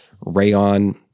rayon